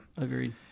Agreed